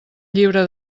llibre